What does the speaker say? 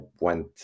went